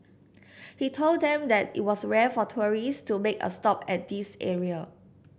he told them that it was rare for tourists to make a stop at this area